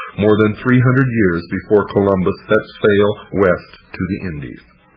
more than three hundred years before columbus set sail west to the indies.